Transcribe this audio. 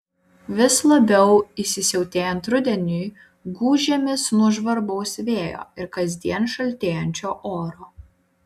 vis labiau įsisiautėjant rudeniui gūžiamės nuo žvarbaus vėjo ir kasdien šaltėjančio oro